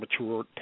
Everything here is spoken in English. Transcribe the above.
mature